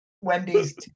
Wendy's